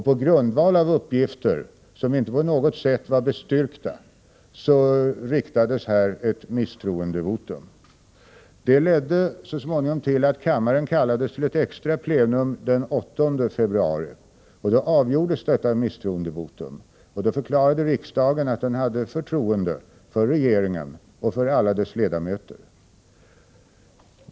På grundval av uppgifter som inte på något sätt var bestyrkta ställdes under den allmännpolitiska debatten den 6 februari ett yrkande om misstroendevotum. Det ledde till att kammaren kallades till ett extra plenum den 8 februari, och då uttalade riksdagen att den hade förtroende för regeringen och för alla dess ledamöter.